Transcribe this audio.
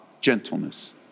gentleness